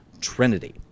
Trinity